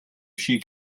she